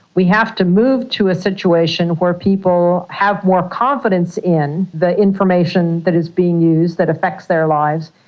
we have to move to a situation where people have more confidence in the information that is being used that affects their lives,